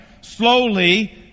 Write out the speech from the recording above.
slowly